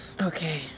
Okay